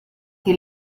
que